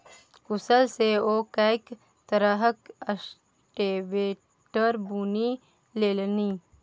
कुरूश सँ ओ कैक तरहक स्वेटर बुनि लेलनि